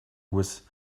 with